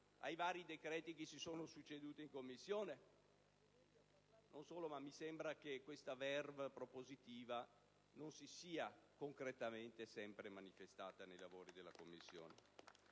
ai vari testi che si sono succeduti in Commissione? Non solo, ma mi sembra che questa *verve* propositiva non si sia sempre concretamente manifestata nei lavori della Commissione.